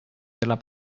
della